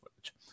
footage